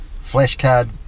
flashcard